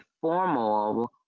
formal